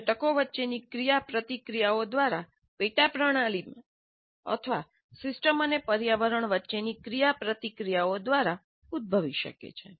તે ઘટકો વચ્ચેની ક્રિયાપ્રતિક્રિયાઓ દ્વારા પેટા પ્રણાલીઓમાં અથવા સિસ્ટમ અને પર્યાવરણ વચ્ચેની ક્રિયાપ્રતિક્રિયાઓ દ્વારા ઉદ્ભવી શકે છે